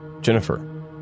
Jennifer